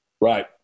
Right